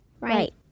Right